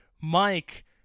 Mike